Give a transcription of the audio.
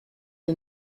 que